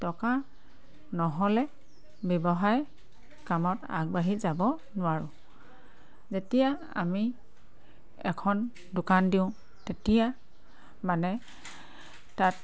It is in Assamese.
টকা নহ'লে ব্যৱসায় কামত আগবাঢ়ি যাব নোৱাৰোঁ যেতিয়া আমি এখন দোকান দিওঁ তেতিয়া মানে তাত